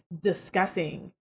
discussing